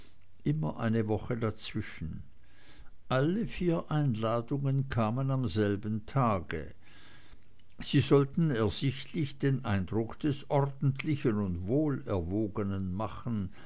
immer eine woche dazwischen alle vier einladungen kamen am selben tag sie sollten ersichtlich den eindruck des ordentlichen und wohlerwogenen machen